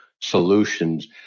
solutions